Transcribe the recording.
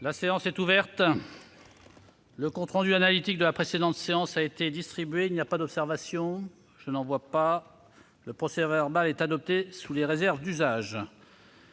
La séance est ouverte. Le compte rendu analytique de la précédente séance a été distribué. Il n'y a pas d'observation ?... Le procès-verbal est adopté sous les réserves d'usage.